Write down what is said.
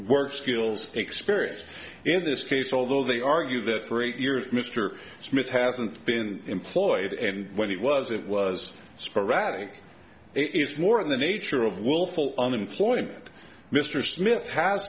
work skills experience in this case although they argue that for eight years mr smith hasn't been employed and when it was it was sporadic it's more in the nature of willful unemployment mr smith has